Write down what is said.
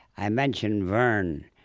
i mentioned vern.